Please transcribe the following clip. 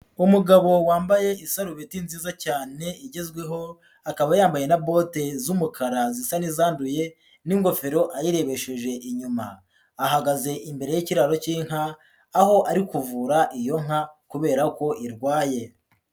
Umugabo wambaye isarubeti nziza cyane igezweho, akaba yambaye na bote z'umukara zisa n'izanduye n'ingofero ayirebesheje inyuma, ahagaze imbere y'ikiraro cy'inka, aho ari kuvura iyo nka kubera ko irwaye.